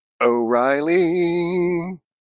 o'reilly